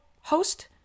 host